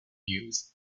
news